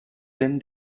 then